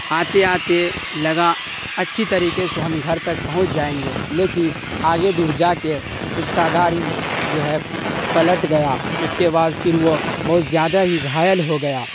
آتے آتے لگا اچھی طریقے سے ہم گھر تک پہنچ جائیں گے لیکن آگے دور جا کے اس کا گاڑی جو ہے پلٹ گیا اس کے بعد پھر وہ بہت زیادہ ہی گھائل ہو گیا